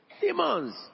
Demons